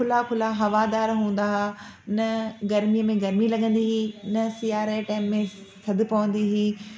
खुला खुला हवादारु हूंदा हुआ न गर्मीअ में गर्मी लॻंदी हुई न सियारे टेम में थधि पवंदी हुई